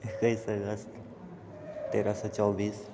एकैस अगस्त तेरह सए चौबीस